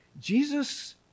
Jesus